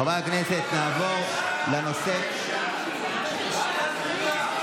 חוקה, חוקה.